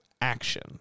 action